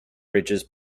bridges